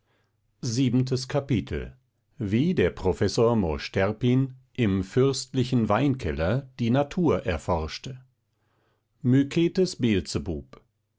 siebentes kapitel wie der professor mosch terpin im fürstlichen weinkeller die natur erforschte mycetes beelzebub